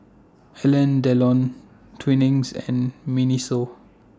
Alain Delon Twinings and Miniso